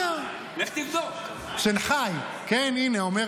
רגע, זה נכון שעכשיו יש סחיטה למטה?